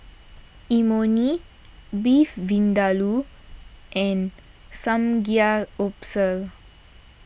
Imoni Beef Vindaloo and Samgyeopsal